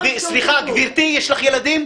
גברתי, יש לך ילדים?